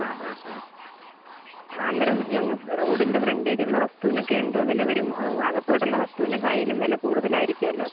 ആ ആ ആ അന്നേരം ഞങ്ങൾ റോഡിന്റെ ഫ്രണ്ടേജ് ഉള്ള വസ്തുവിനൊക്കെ എന്ത് വില വരും അകത്തോട്ടുള്ള വസ്തുവിനേക്കാളും വില കൂടുതൽ ആയിരിക്കുമല്ലോ